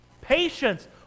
Patience